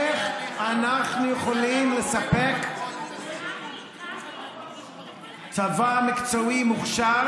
איך אנחנו יכולים לספק צבא מקצועי, מוכשר,